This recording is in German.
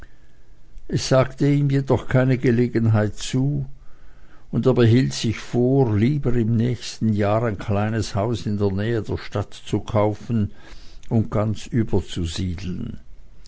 es sagte ihm jedoch keine gelegenheit zu und er behielt sich vor lieber im nächsten jahre ein kleines haus in der nähe der stadt zu kaufen und ganz überzusiedeln